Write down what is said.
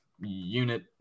unit